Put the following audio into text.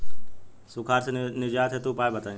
सुखार से निजात हेतु उपाय बताई?